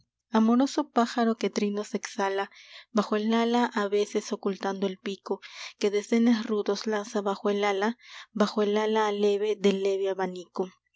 colegiala amoroso pájaro que trinos exhala bajo el ala a veces ocultando el pico que desdenes rudos lanza bajo el ala bajo el ala aleve del leve abanico